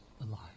alive